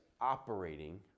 operating